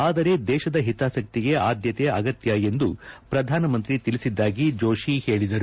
ಆದರೆ ದೇಶದ ಹಿತಾಸಕ್ತಿಗೆ ಆದ್ಯತೆ ಅಗತ್ಯ ಎಂದು ಪ್ರಧಾನಿ ತಿಳಿಸಿದ್ದಾಗಿ ಜೋಶಿ ಹೇಳಿದರು